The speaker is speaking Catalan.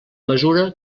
mesura